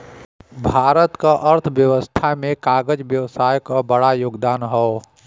भारत क अर्थव्यवस्था में कागज व्यवसाय क बड़ा योगदान हौ